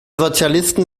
sozialisten